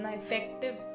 effective